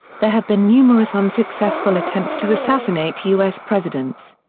there have been numerous unsuccessful attempts to assassinate u s. presidents.